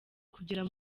kugera